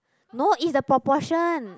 no is the proportion